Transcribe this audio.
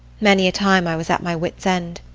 many a time i was at my wits' end.